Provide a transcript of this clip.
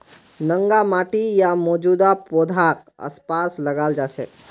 नंगा माटी या मौजूदा पौधाक आसपास लगाल जा छेक